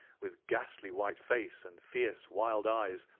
with ghastly white face and fierce, wild eyes,